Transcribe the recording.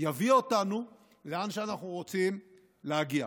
יביא אותנו לאן שאנחנו רוצים להגיע.